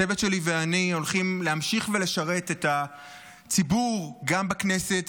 הצוות שלי ואני הולכים להמשיך לשרת את הציבור גם בכנסת,